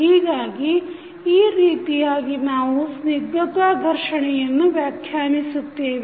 ಹೀಗಾಗಿ ಈ ರೀತಿಯಾಗಿ ನಾವು ಸ್ನಿಗ್ಧತಾ ಘರ್ಷಣೆಯನ್ನು ವ್ಯಾಖ್ಯಾನಿಸುತ್ತೇವೆ